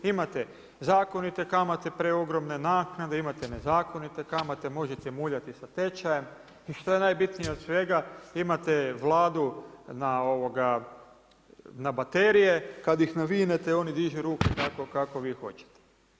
Imate zakonite kamate preogromne, naknade, imate nezakonite kamate, možete muljati sa tečajem i šta je najbitnije od svega, imate Vladu na baterije, kad ih navinete oni dižu ruku tako kako vi hoćete.